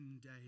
day